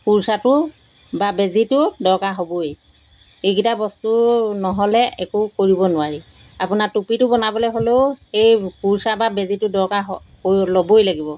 কুৰ্চাটো বা বেজীটো দৰকাৰ হ'বই এইকেইটা বস্তু নহ'লে একো কৰিব নোৱাৰি আপোনাৰ টুপিটো বনাবলৈ হ'লেও এই কুৰ্চা বা বেজীটো দৰকাৰ হ ল'বই লাগিব